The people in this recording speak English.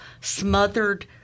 smothered